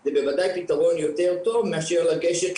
זה בוודאי פתרון יותר טוב מאשר לגשת